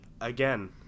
again